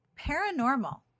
paranormal